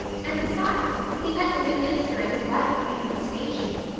and besides, we met the new minister and his wife coming from the station.